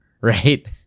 right